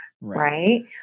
Right